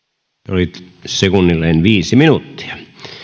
oli sekunnilleen viisi minuuttia